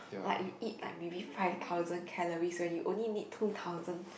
like you eat like maybe five thousand calories when you only need two thousand